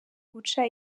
guca